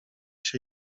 się